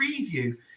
preview